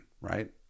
right